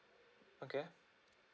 okay